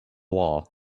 wall